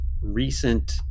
recent